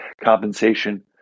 compensation